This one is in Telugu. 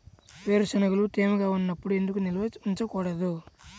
వేరుశనగలు తేమగా ఉన్నప్పుడు ఎందుకు నిల్వ ఉంచకూడదు?